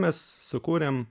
mes sukūrėm